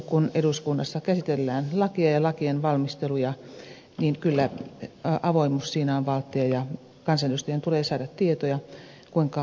kun eduskunnassa käsitellään lakeja ja lakien valmistelua niin kyllä avoimuus siinä on valttia ja kansanedustajien tulee saada tietoja kuinka lakeja valmistellaan